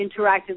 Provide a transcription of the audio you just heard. interactive